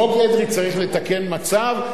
חוק אדרי צריך לתקן מצב,